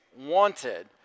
Wanted